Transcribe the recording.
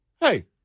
hey